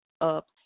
up